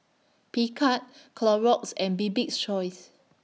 Picard Clorox and Bibik's Choice